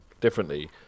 differently